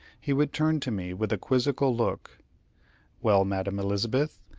he would turn to me with a quizzical look well, madam elizabeth,